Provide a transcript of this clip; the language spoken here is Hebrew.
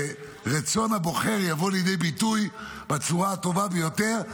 שרצון הבוחר יבוא לידי ביטוי בצורה הטובה ביותר.